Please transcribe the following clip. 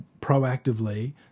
proactively